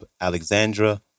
Alexandra